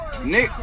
Nick